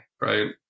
right